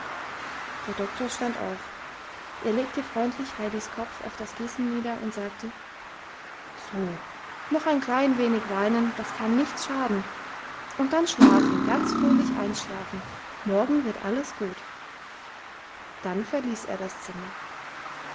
der doktor stand auf er legte freundlich heidis kopf auf das kissen nieder und sagte so noch ein klein wenig weinen das kann nichts schaden und dann schlafen ganz fröhlich einschlafen morgen wird alles gut dann verließ er das zimmer